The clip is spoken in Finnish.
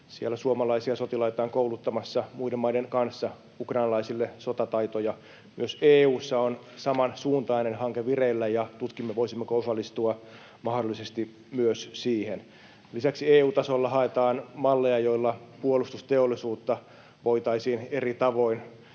suomalaisia sotilaita on kouluttamassa muiden maiden kanssa ukrainalaisille sotataitoja. Myös EU:ssa on samansuuntainen hanke vireillä, ja tutkimme, voisimmeko osallistua mahdollisesti myös siihen. Lisäksi EU-tasolla haetaan malleja, joilla puolustusteollisuudella voitaisiin eri tavoin